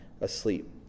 asleep